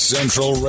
Central